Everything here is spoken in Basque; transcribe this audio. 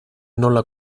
nola